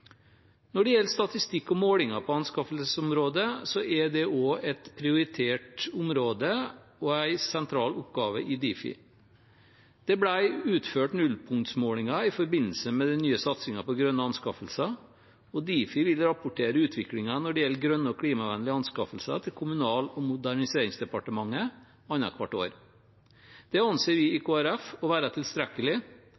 Når det gjelder statistikk og målinger på anskaffelsesområdet, er det også et prioritert område og en sentral oppgave i Difi. Det ble utført nullpunktsmålinger i forbindelse med den nye satsingen på grønne anskaffelser, og Difi vil rapportere utviklingen når det gjelder grønne og klimavennlige anskaffelser til Kommunal- og moderniseringsdepartementet annethvert år. Det anser vi i